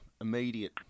Immediate